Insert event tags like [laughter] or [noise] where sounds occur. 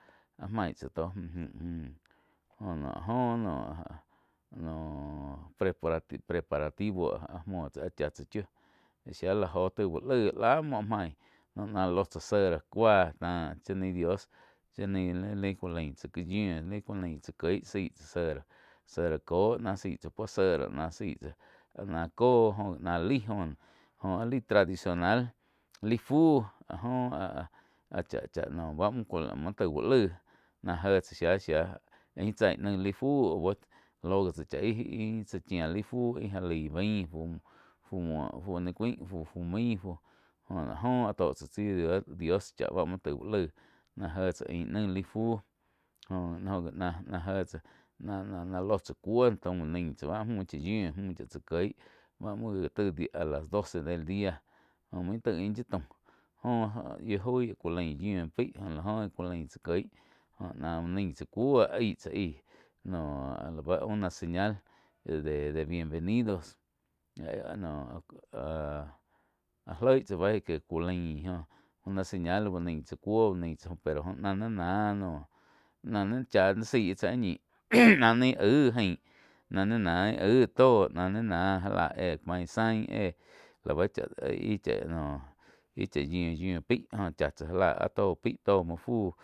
Ah main tsá tó mu-mu jo no joh noh [hesitation] noh preparativo áh muo tsá áh chá tsá chiu shía la joh taig úh laig láh muo áh maig náh ló tzá cera cuá táh chá naí dios chá naí li cu lain tsá yíu kú lain tsá jieg zaí cera kóh náh zaí tsá puo cera zaí tsáh áh náh cóh joh náh laig óh náh joh áh laig tradicional lai fu áh joh áh cha-cha ba muo taig úh laig. Nah jé tsá shía aín tsá ih naih lai fu au bá lo gi tsá chá ih-ih tsá chía laí fuh já lai bain fu muo fu ni cuáin, fu main, fu jóh áh jo tó tsá tsi dios cha ba muo taig úh laig náh jé tsá ain naih lai fu joh oh gi náh jé tsá na-na ló tsá cuó úh nain tsá bá müh chá yiu, müh chá tsá kieg bá muo gá taig a las doce del dia góh main taih ain yá taum joh yiu goig kú lain yiu paih goh la oh ku lain tsá kieg oh náh úh nain tsá cuo aig tsá aíh noh lá báh una señal dé-dé bienvenida áh noh áh-áh loig tsá béih ku lain joh una señal úh nain tsá cuo úh nain náh ni náh no náh ni zaí tsá íh ñi náh ni íh aig ain náh ni ná ih aig tó náh ni náh éh main zain lau cha ih noh ih chá yiu-yiu pai oh chá tsá já lá áh tó pai tó muo fu.